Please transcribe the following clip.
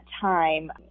time